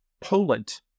Poland